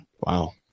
Wow